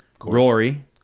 Rory